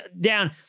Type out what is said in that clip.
down